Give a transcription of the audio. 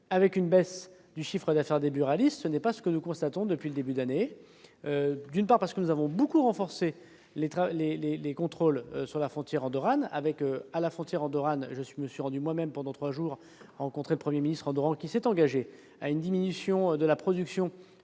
et une baisse du chiffre d'affaires des buralistes. Ce n'est pas ce que nous constatons depuis le début de l'année, parce que nous avons beaucoup renforcé les contrôles à la frontière andorrane. Je me suis moi-même rendu en Andorre pendant trois jours, afin de rencontrer le Premier ministre andorran, qui s'est engagé à une diminution de la production